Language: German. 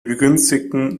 begünstigten